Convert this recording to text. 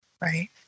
right